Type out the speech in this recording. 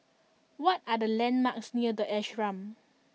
what are the landmarks near The Ashram